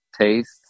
taste